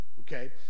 Okay